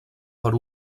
per